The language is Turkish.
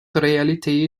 realiteyi